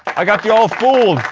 i got you all fooled.